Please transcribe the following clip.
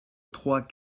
trois